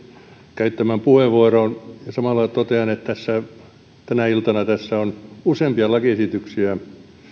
käyttämään puheenvuoroon ja samalla totean että tänä iltana on useampia lakiesityksiä